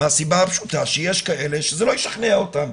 מהסיבה הפשוטה שיש כאלה שזה לא ישכנע אותם.